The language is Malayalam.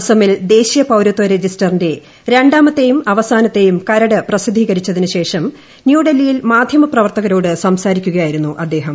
അസമിൽ ദേശീയ പൌരത്വ രജിസ്റ്ററിന്റെ രണ്ടാമത്തെയും അവസാനത്തെയും കരട് പ്രസിദ്ധീകരിച്ചതിനുശേഷം ന്യൂഡൽഹിയിൽ മാധ്യമ പ്രവർത്തകരോട് സംസാരിക്കുകയായിരുന്നു അദ്ദേഹം